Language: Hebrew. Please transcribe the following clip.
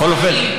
בכל אופן,